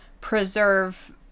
preserve